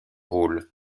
rôle